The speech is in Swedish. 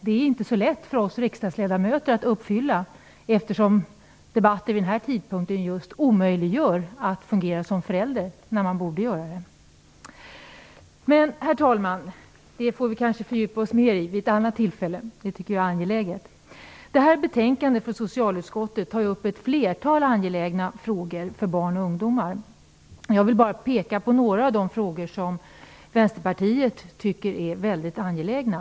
Det är inte så lätt för oss riksdagsledamöter att uppfylla, eftersom debatter vid den här tidpunkten omöjliggör att man fungerar som förälder när man borde göra det. Men, herr talman, det får vi kanske fördjupa oss mera i vid ett annat tillfälle. Det tycker jag är angeläget. Det här betänkandet från socialutskottet tar upp ett flertal frågor som är angelägna för barn och ungdomar. Jag vill bara peka på några av de frågor som Vänsterpartiet tycker är mycket angelägna.